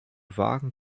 wagen